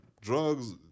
drugs